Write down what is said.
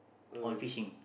on fishing